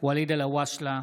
ואליד אלהואשלה,